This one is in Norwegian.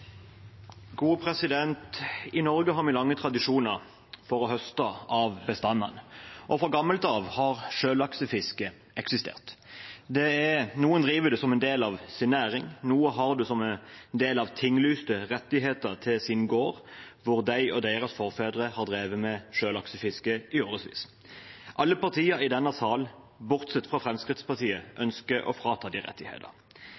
I Norge har vi lange tradisjoner for å høste av bestandene. Sjøfiske har eksistert fra gammelt av. Noen driver det som en del av sin næring. Noen har det som en del av tinglyste rettigheter til sin gård, hvor de og deres forfedre har drevet med sjølaksefiske i årevis. Alle partier i denne sal, bortsett fra Fremskrittspartiet,